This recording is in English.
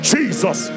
Jesus